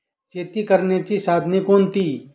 शेती करण्याची साधने कोणती?